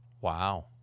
Wow